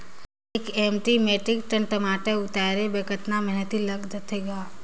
एक एम.टी या metric ton टमाटर उतारे बर कतका मेहनती लगथे ग?